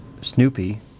Snoopy